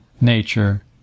nature